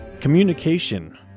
communication